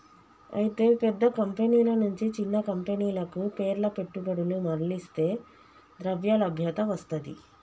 అయితే పెద్ద కంపెనీల నుంచి చిన్న కంపెనీలకు పేర్ల పెట్టుబడులు మర్లిస్తే ద్రవ్యలభ్యత వస్తది